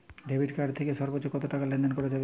Debit card থেকে সর্বোচ্চ কত টাকা লেনদেন করা যাবে?